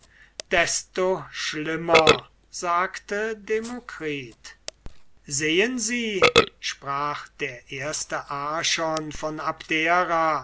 desto schlimmer sagte demokritus sehen sie sprach der erste archon von abdera